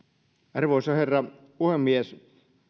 arvoisa herra puhemies